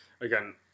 again